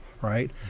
right